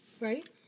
Right